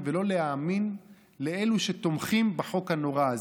ולא להאמין לאלו שתומכים בחוק הנורא הזה.